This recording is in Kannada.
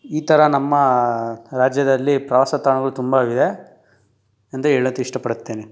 ಈ ಥರ ನಮ್ಮ ರಾಜ್ಯದಲ್ಲಿ ಪ್ರವಾಸ ತಾಣಗಳು ತುಂಬ ಇದೆ ಎಂದು ಹೇಳಕ್ ಇಷ್ಟಪಡುತ್ತೇನೆ